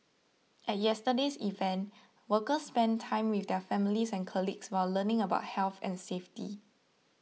at yesterday's event workers spent time with their families and colleagues while learning about health and safety